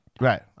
right